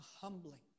humbling